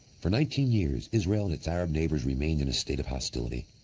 for nineteen years, israel and its arab neighbors remained in a state of hostility.